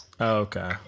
Okay